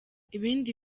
ibindi